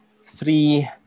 three